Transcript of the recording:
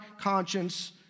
conscience